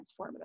transformative